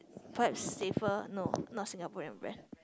perhaps safer no not Singaporean brand